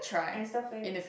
and stuff like that